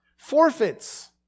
Forfeits